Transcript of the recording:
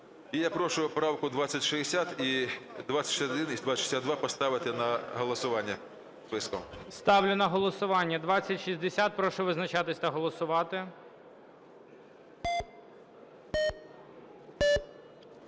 я прошу правку 2060, і 2061, і 2062 поставити на голосування списком. ГОЛОВУЮЧИЙ. Ставлю на голосування 2060. Прошу визначатись та голосувати.